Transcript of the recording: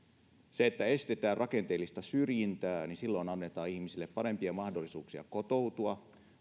kun estetään rakenteellista syrjintää niin silloin annetaan ihmisille parempia mahdollisuuksia kotoutua